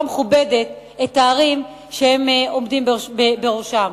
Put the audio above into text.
מכובדת את הערים שהם עומדים בראשן.